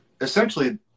essentially